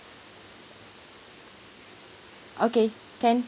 okay can